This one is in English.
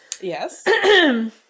Yes